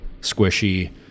squishy